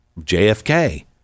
jfk